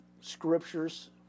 scriptures